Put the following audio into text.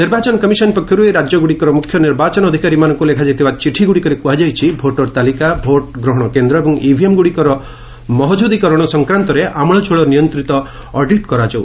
ନିର୍ବାଚନ କମିଶନ ପକ୍ଷରୁ ଏହି ରାଜ୍ୟଗୁଡ଼ିକର ମୁଖ୍ୟ ନିର୍ବାଚନ ଅଧିକାରୀମାନଙ୍କୁ ଲେଖାଯାଇଥିବା ଚିଠିଗୁଡ଼ିକରେ କୁହାଯାଇଛି ଭୋଟର ତାଲିକା ଭୋଟ୍ ଗ୍ରହଣ କେନ୍ଦ୍ର ଏବଂ ଇଭିଏମ୍ଗୁଡ଼ିକର ମହକୁଦୀକରଣ ସଂକ୍ରାନ୍ତରେ ଆମ୍ବଳଚ୍ଚଳ ନିୟନ୍ତିତ ଅଡିଟ୍ କରାଯାଉ